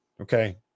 Okay